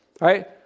Right